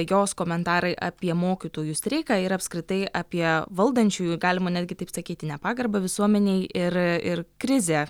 jos komentarai apie mokytojų streiką ir apskritai apie valdančiųjų galima netgi taip sakyti nepagarbą visuomenei ir ir krizę